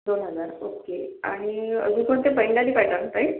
दोन हजार ओक्के आणि अजून कोणते बंगाली पॅटर्न ताई